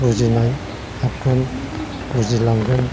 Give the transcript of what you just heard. बुजिनाय हाबगोन बुजिलांगोन